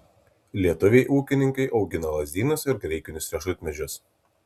lietuviai ūkininkai augina lazdynus ir graikinius riešutmedžius